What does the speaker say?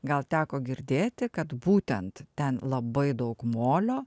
gal teko girdėti kad būtent ten labai daug molio